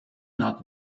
not